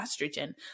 estrogen